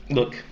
look